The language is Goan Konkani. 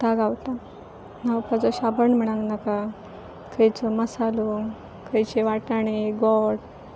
तां गावता न्हावपाचो शाबण म्हणांक नाका खंयचो मसालो खंयचे वटाणे गोड